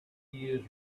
use